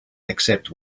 except